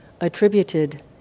attributed